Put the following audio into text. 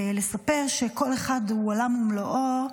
ולספר שכל אחת היא עולם ומלואו.